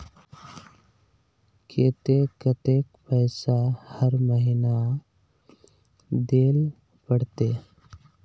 केते कतेक पैसा हर महीना देल पड़ते?